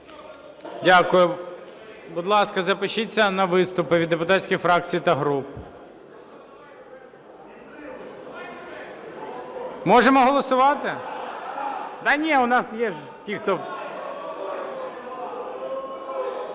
Дякую. Будь ласка, запишиться на виступи від депутатських фракцій та груп. Можемо голосувати?